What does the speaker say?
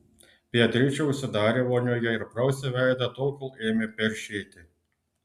beatričė užsidarė vonioje ir prausė veidą tol kol ėmė peršėti